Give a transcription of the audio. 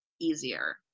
easier